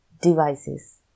devices